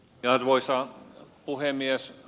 arvoisa puhemies